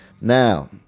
Now